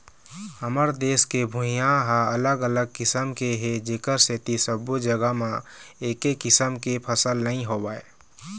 हमर देश के भुइंहा ह अलग अलग किसम के हे जेखर सेती सब्बो जघा म एके किसम के फसल नइ होवय